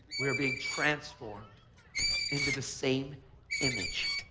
we are being transformed into the same image,